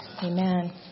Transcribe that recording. Amen